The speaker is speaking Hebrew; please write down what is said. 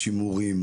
שימורים,